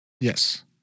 Yes